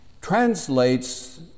translates